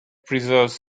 preserves